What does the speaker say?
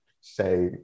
say